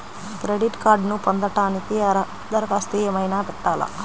Credit కార్డ్ను పొందటానికి దరఖాస్తు ఏమయినా పెట్టాలా?